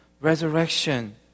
Resurrection